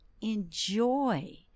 enjoy